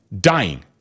dying